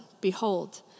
Behold